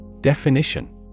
Definition